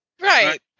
Right